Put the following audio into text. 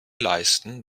leisten